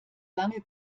lange